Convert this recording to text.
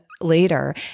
later